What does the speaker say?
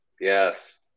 Yes